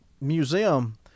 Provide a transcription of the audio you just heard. museum